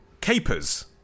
Capers